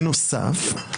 בנוסף,